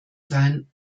sein